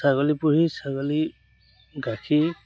ছাগলী পুহি ছাগলী গাখীৰ